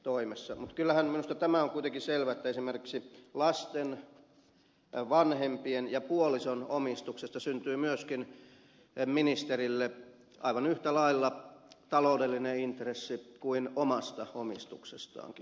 mutta kyllähän minusta tämä on kuitenkin selvä että esimerkiksi lasten vanhempien ja puolison omistuksesta syntyy myöskin ministerille aivan yhtä lailla taloudellinen intressi kuin omasta omistuksestaankin